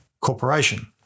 corporation